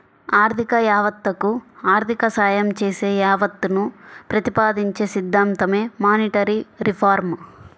ఆర్థిక యావత్తకు ఆర్థిక సాయం చేసే యావత్తును ప్రతిపాదించే సిద్ధాంతమే మానిటరీ రిఫార్మ్